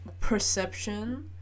perception